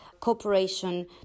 cooperation